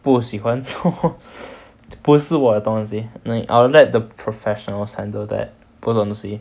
不喜欢不是我的东西 I'll let the professionals handle that 不是我的 scene